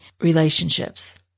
relationships